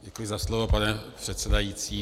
Děkuji za slovo, pane předsedající.